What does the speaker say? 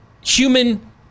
human